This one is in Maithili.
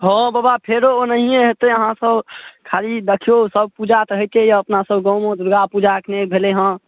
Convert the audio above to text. हॅं बाबा फेरो ओनहिए हेतै अहाँ सभ खाली दखियौ सभ पूजा तऽ होइते यऽ अपना सभ गाँवमे दुर्गापूजा अखने भेलै हँ